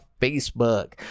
Facebook